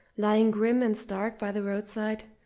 lying grim and stark by the roadside,